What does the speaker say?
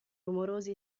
rumorosi